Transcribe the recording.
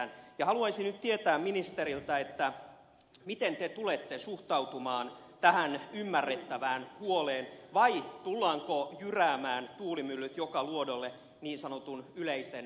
haluaisin nyt kysyä ministeriltä miten te tulette suhtautumaan tähän ymmärrettävään huoleen vai tullaanko jyräämään tuulimyllyt joka luodolle niin sanotun yleisen edun nimissä